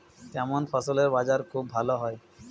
কেমন ফসলের বাজার খুব ভালো হয়?